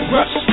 Rush